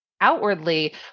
outwardly